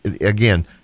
again